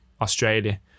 australia